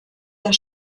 der